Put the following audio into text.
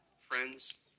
friends